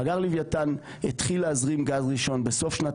מאגר לווייתן התחיל להזרים גז ראשון בסוף שנת